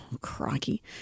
Crikey